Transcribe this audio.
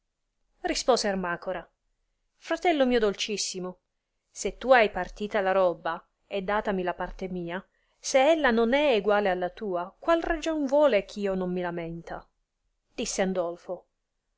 rispose ermacora fratello mio dolcissimo se tu hai partita la robba e datami la parte mia se ella non è eguale alla tua qual ragion vuole eh io non mi lamenta disse andolfo